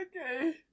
okay